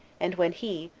and when he,